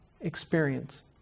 experience